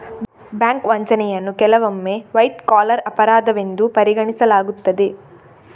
bank ವಂಚನೆಯನ್ನು ಕೆಲವೊಮ್ಮೆ white collar ಅಪರಾಧವೆಂದು ಪರಿಗಣಿಸಲಾಗುತ್ತದೆ